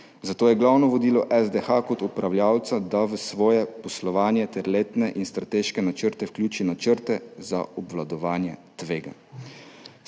Zato je glavno vodilo SDH kot upravljavca, da v svoje poslovanje ter letne in strateške načrte vključi načrte za obvladovanje tveganj.